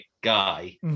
guy